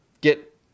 get